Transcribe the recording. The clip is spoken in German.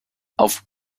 auf